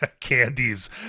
candies